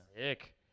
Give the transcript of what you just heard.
Sick